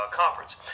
conference